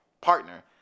partner